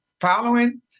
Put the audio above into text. following